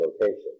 location